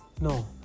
No